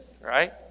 right